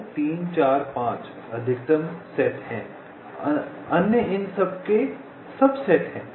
2 3 4 5 अधिकतम सेट है अन्य इन के सबसेट हैं